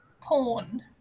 porn